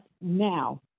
now